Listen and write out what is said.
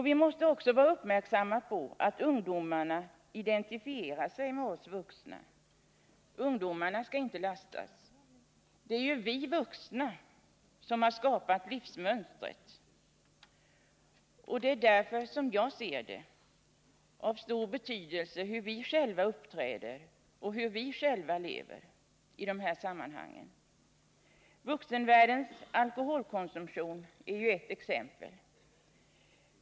Vi måste också vara uppmärksamma på att ungdomarna identifierar sig med oss vuxna. Ungdomarna skall inte lastas. Det är ju vi vuxna som har skapat livsmönstret. Det är därför — som jag ser det — av stor betydelse hur vi själva uppträder och hur vi själva lever i dessa sammanhang. Vuxenvärldens alkoholkonsumtion är ett exempel.